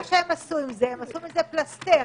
הם עשו מזה פלסתר,